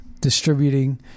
distributing